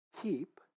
keep